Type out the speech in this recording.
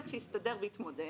אז שהסתדר והתמודד.